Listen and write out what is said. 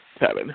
seven